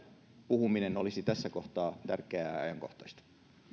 puhuminen olisi tässä kohtaa tärkeää